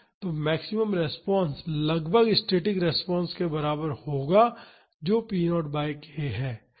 तो maximum response लगभग static response के बराबर होगी जो p 0 बाई k है